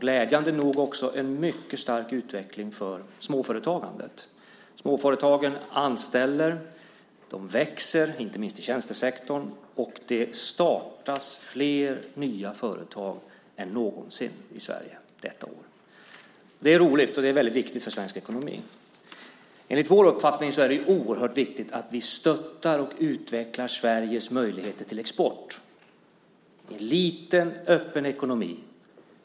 Glädjande nog är det en mycket stark utveckling för småföretagandet. Småföretagen anställer, de växer inte minst i tjänstesektorn, och det startas flera nya företag än någonsin i Sverige detta år. Det är roligt, och det är viktigt för svensk ekonomi. Enligt vår uppfattning är det oerhört viktigt att vi stöttar och utvecklar Sveriges möjligheter till export. Vi har en liten öppen ekonomi.